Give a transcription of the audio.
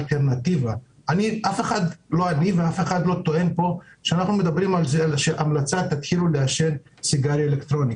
אף אחד לא ממליץ להתחיל לעשן סיגריה אלקטרונית,